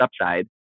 upside